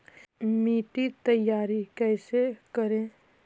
मिट्टी तैयारी कैसे करें?